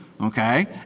okay